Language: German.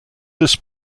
des